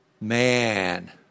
Man